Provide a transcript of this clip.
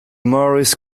marist